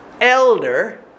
elder